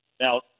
Now